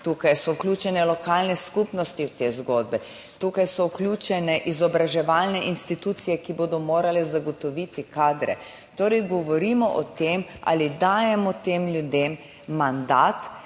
Tukaj so vključene lokalne skupnosti v te zgodbe, tukaj so vključene izobraževalne institucije, ki bodo morale zagotoviti kadre. Torej, govorimo o tem, ali dajemo tem ljudem mandat,